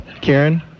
Karen